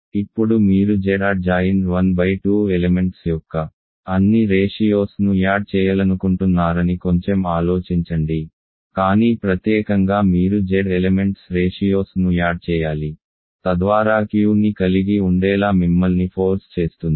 ఇప్పుడు మీరు Z adjoined 12 elements యొక్క అన్ని రేషియోస్ ను యాడ్ చేయలనుకుంటున్నారని కొంచెం ఆలోచించండి కానీ ప్రత్యేకంగా మీరు Z ఎలెమెంట్స్ రేషియోస్ ను యాడ్ చేయాలి తద్వారా Qని కలిగి ఉండేలా మిమ్మల్ని ఫోర్స్ చేస్తుంది